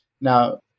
Now